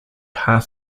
half